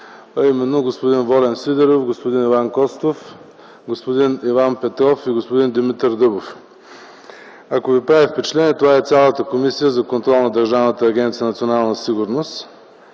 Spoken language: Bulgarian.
именно – господин Волен Сидеров, господин Иван Костов, господин Иван Петров и господин Димитър Дъбов. Ако ви прави впечатление, това е цялата Комисия за контрол на Държавната агенция „Национална сигурност”.